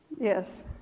Yes